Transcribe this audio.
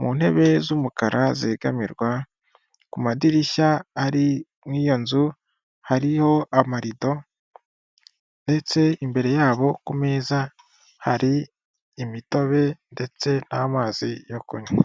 mu ntebe z'umukara zegamirwa, ku madirishya ari mu iyo nzu hariho amarido ndetse imbere yabo ku meza hari imitobe ndetse n'amazi yo kunywa.